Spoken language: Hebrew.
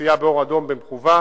נסיעה באור אדום במכוון,